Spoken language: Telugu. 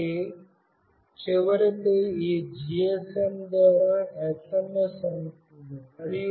కాబట్టి చివరకు ఈ GSM ద్వారా SMS అందుతుంది